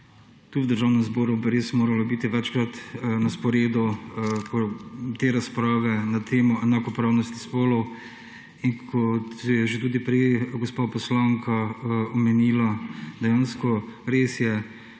tu v Državnem zboru bi pa res morala biti večkrat na sporedu te razprave na temo enakopravnosti spolov in kot je že tudi prej gospa poslanka omenila dejansko res je,